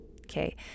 Okay